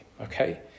Okay